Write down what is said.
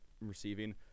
receiving